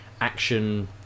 action